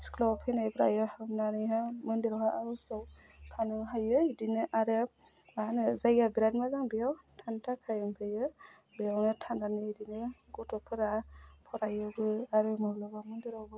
स्कुलाव फैनायफ्रा इयाव हाबनानैहाय मन्दिराव आर'जाव थानो हायो इदिनो आरो माहोनो जायगाया बिराद मोजां बियाव थानो थाखाय ओमफ्रायो बेयावनो थानानै बिदिनो गथ'फोरा फरायोबो आरो माब्लाबा मन्दिरावबो